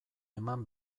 eman